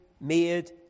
made